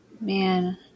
Man